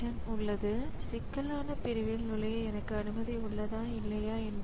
ஆனால் ஒரு கட்டத்தில் அவை இரண்டும் பிரதான நினைவகத்தை அணுக வேண்டிய அவசியம் ஏற்படலாம்